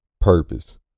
Purpose